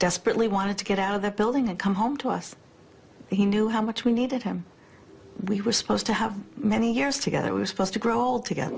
desperately wanted to get out of the building and come home to us he knew how much we needed him we were supposed to have many years together was supposed to grow